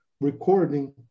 recording